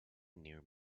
near